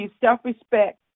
self-respect